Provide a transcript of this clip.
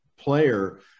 player